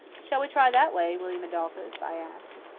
shall we try that way, william adolphus? i asked.